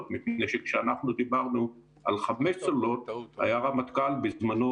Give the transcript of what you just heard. מפני שכשאנחנו דיברנו על חמש צוללות היה רמטכ"ל בזמנו